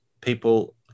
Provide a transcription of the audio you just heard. people